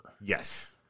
Yes